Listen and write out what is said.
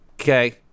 okay